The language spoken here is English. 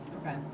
Okay